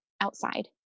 outside